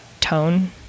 tone